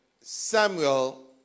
Samuel